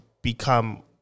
...become